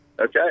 okay